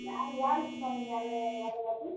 யார் யாருக்கு சாமி அங்கே வளைகாப்பு